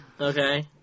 Okay